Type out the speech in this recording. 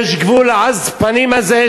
יש גבול לעז-פנים הזה,